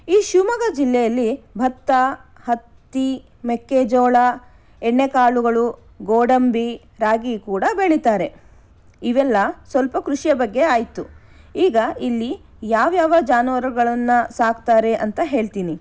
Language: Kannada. ಈ ಶಿವಮೊಗ್ಗ ಜಿಲ್ಲೆಯಲ್ಲಿ ಭತ್ತ ಹತ್ತಿ ಮೆಕ್ಕೆಜೋಳ ಎಣ್ಣೆಕಾಳುಗಳು ಗೋಡಂಬಿ ರಾಗಿ ಕೂಡ ಬೆಳೀತಾರೆ ಇವೆಲ್ಲ ಸ್ವಲ್ಪ ಕೃಷಿಯ ಬಗ್ಗೆ ಆಯಿತು ಈಗ ಇಲ್ಲಿ ಯಾವ್ಯಾವ ಜಾನುವಾರುಗಳನ್ನು ಸಾಕ್ತಾರೆ ಅಂತ ಹೇಳ್ತೀನಿ